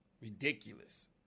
Ridiculous